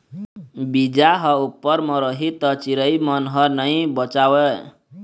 बीजा ह उप्पर म रही त चिरई मन ह नइ बचावय